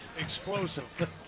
explosive